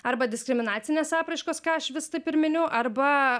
arba diskriminacinės apraiškos ką aš vis taip ir miniu arba